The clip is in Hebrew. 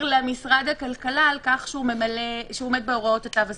למשרד הכלכלה שהוא עומד בהוראות התו הסגול.